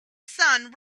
sun